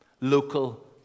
local